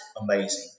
amazing